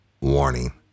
Warning